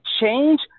change